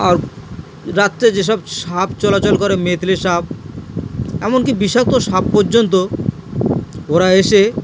আর রাত্রে যেসব সাপ চলাচল করে মেথলি সাপ এমনকি বিষাক্ত সাপ পর্যন্ত ওরা এসে